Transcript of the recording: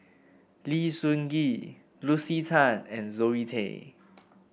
Lim Sun Gee Lucy Tan and Zoe Tay